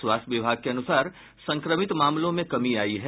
स्वास्थ्य विभाग के अनुसार संक्रमित मामलों में कमी आई है